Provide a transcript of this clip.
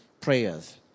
prayers